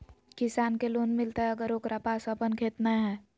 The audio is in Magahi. किसान के लोन मिलताय अगर ओकरा पास अपन खेत नय है?